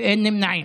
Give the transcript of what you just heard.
ואין נמנעים.